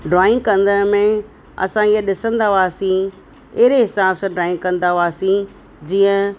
drawing कदंड़ में असां इअं ॾिसंदा हुआसीं अहिड़े हिसाब सां ड्रॉइंग कंदा हुआसीं जीअं